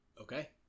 Okay